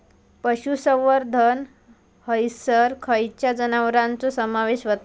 पशुसंवर्धन हैसर खैयच्या जनावरांचो समावेश व्हता?